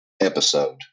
episode